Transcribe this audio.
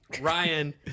Ryan